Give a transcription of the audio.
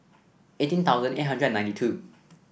eighteen thousand eight hundred and ninety two